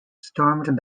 stormed